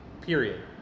period